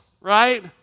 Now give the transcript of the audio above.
Right